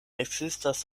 ekzistas